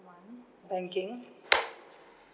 one banking